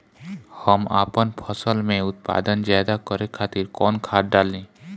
हम आपन फसल में उत्पादन ज्यदा करे खातिर कौन खाद डाली?